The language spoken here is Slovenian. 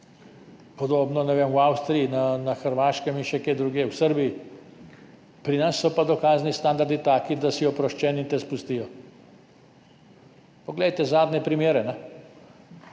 Podobno, ne vem, v Avstriji, na Hrvaškem in še kje drugje, v Srbiji. Pri nas so pa dokazni standardi taki, da si oproščen in te spustijo. Poglejte zadnje primere.